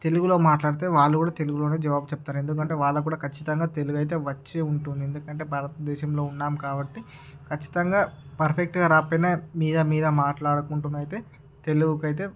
తెలుగులో మాట్లాడితే వాళ్ళుకూడ తెలుగులోనే జవాబు చెప్తారు ఎందుకంటే వాళ్ళకి కూడ ఖచ్చితంగా తెలుగైతే వచ్చి ఉంటుంది ఎందుకంటే భారత దేశంలో ఉన్నాం కాబట్టి ఖచ్చితంగా పర్ఫెక్టు గా రాపోయిన మీద మీద మాట్లాడుకుంటూనైతే తెలుగుగైతే